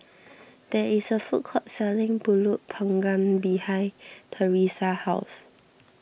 there is a food court selling Pulut Panggang behind Thresa's house